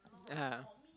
ya